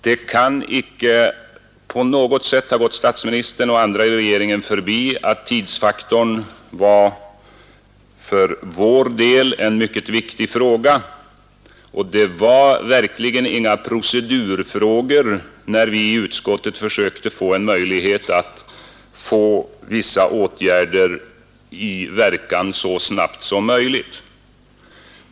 Det kan icke ha gått statsministern och andra i regeringen förbi att tidsfaktorn för oss var mycket viktig. Det var verkligen inte en procedurfråga när vi i utskottet försökte åstadkomma att vissa åtgärder skulle få verkan så snabbt som möjligt.